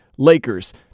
Lakers